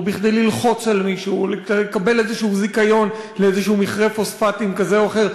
וכדי ללחוץ על מישהו ולקבל זיכיון לאיזה מכרה פוספטים כזה או אחר,